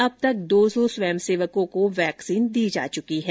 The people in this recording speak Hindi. अब तक दो सौ स्वयंसेवकों को वैक्सीन दी जा चुकी है